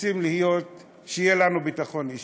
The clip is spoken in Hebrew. רוצים שיהיה לנו ביטחון אישי.